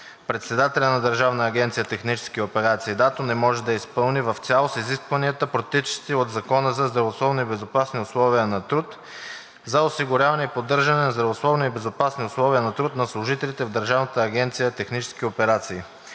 председателят на Държавна агенция „Технически операции“ (ДАТО) не може да изпълни в цялост изискванията, произтичащи от Закона за здравословни и безопасни условия на труд, за осигуряване и поддържане на здравословни и безопасни условия на труд за служителите на Държавна агенция „Технически операции“.